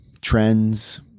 trends